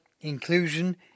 inclusion